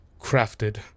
crafted